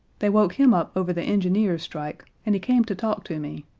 they woke him up over the engineers' strike, and he came to talk to me.